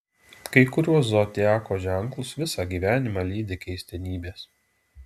kai kuriuos zodiako ženklus visą gyvenimą lydi keistenybės